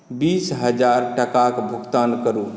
बीस हजार टाकाक भुगतान करू